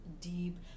deep